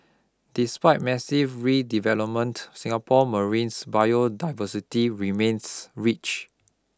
despite massive redevelopment Singapore marines biodiversity remains rich